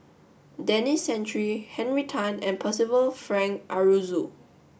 Denis Santry Henry Tan and Percival Frank Aroozoo